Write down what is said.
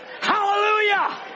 Hallelujah